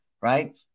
right